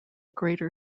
greater